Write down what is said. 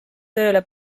tööle